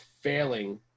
failing